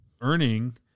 earning